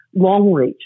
Longreach